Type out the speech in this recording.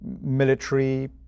military